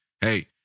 hey